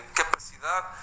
capacidade